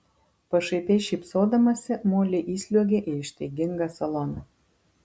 pašaipiai šypsodamasi molė įsliuogė į ištaigingą saloną